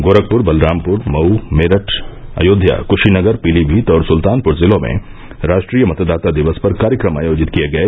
गोरखपुर बलमरामपुर मऊ मेरठ अयोध्या क्शीनगर पीलीमीत और सुल्तानपुर जिलों में राष्ट्रीय मतदाता दिवस पर कार्यक्रम आयोजित किए गये